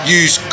use